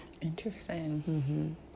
Interesting